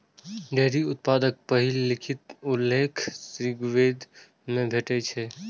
dairy उत्पादक पहिल लिखित उल्लेख ऋग्वेद मे भेटै छै